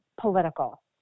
political